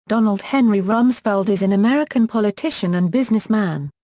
donald henry rumsfeld is an american politician and businessman.